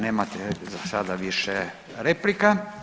Nemate za sada više replika.